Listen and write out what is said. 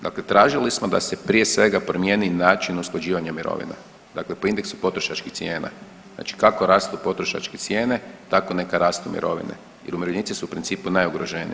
Dakle, tražili smo da se prije svega promijeni način usklađivanja mirovina, dakle po indeksu potrošačkih cijena, znači kako rastu potrošačke cijene tako neka rastu mirovine jer umirovljenici su u principu najugroženiji.